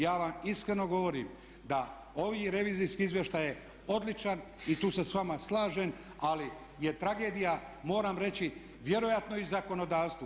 Ja vam iskreno govorim da ovaj revizorski izvještaj je odličan i tu se sa vama slažem, ali je tragedija moram reći vjerojatno i zakonodavstvu.